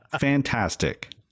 fantastic